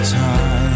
time